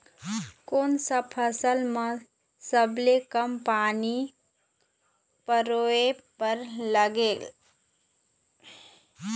कोन सा फसल मा सबले कम पानी परोए बर लगेल?